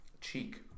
Cheek